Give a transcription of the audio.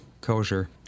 kosher